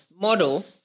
model